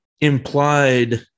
implied